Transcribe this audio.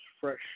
fresh